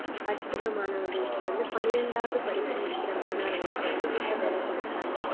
படிக்கிற மாணவர்களுக்கு வந்து பன்னிரெண்டாவது படிச்சு முடிக்கிற மாணவர்களுக்கு வந்து ஊக்கத்தொகை கொடுக்குறாங்க